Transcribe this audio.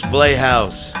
Playhouse